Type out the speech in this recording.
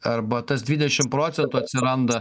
arba tas dvidešim procentų atsiranda